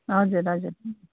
हजुर हजुर